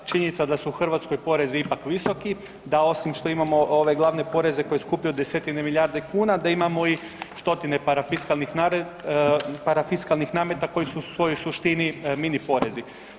Činjenica da su u Hrvatskoj porezi ipak visoki da osim što imamo ove glavne poreze koji skupljaju desetine milijardi kuna da imamo i stotine parafiskalnih nameta koji su u svojoj suštini mini porezi.